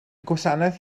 gwasanaeth